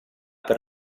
per